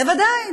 בוודאי.